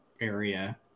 area